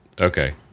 okay